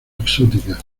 exóticas